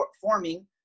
forming